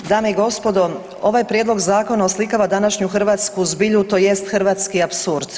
Dame i gospodo, ovaj prijedlog zakona oslikava današnju hrvatsku zbilju, tj. hrvatski apsurd.